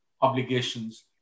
Obligations